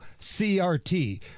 crt